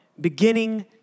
beginning